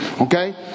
Okay